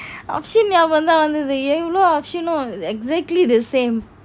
அஸ்வின் நியாபகம் தான் வந்துது இவளும் அஸ்ஹவிண்ணும்:ashwin neyabagam thaan vanthuthu ivalum ashwinnum exactly the same